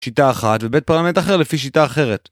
שיטה אחת, ובית פרלמנט אחר, לפי שיטה אחרת